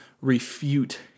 refute